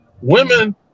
Women